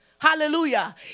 Hallelujah